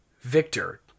Victor